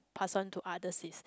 pass on to others is